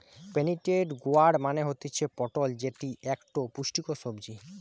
pointed gourd মানে হতিছে পটল যেটি একটো পুষ্টিকর সবজি